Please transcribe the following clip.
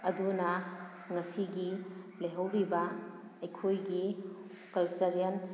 ꯑꯗꯨꯅ ꯉꯁꯤꯒꯤ ꯂꯩꯍꯧꯔꯤꯕ ꯑꯩꯈꯣꯏꯒꯤ ꯀꯜꯆꯔꯦꯜ